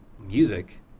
Music